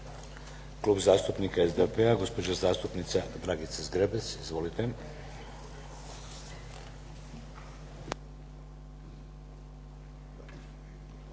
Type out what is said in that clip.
Klub zastupnika SDP-a gospođa zastupnica Dragica Zgrebec. Izvolite.